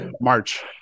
March